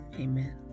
Amen